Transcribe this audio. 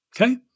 Okay